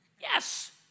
Yes